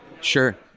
Sure